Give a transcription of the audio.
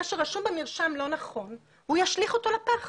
שרשום במרשם לא נכון והוא ישליך אותו לפח.